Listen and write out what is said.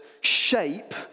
shape